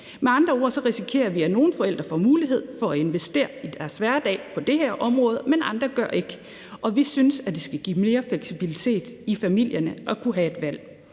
Med andre ord risikerer vi, at nogle forældre får mulighed for at investere i deres hverdag på det her område, mens andre ikke gør. Vi synes, at det skal give mere fleksibilitet til familierne at have et valg.